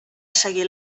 seguir